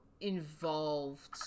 involved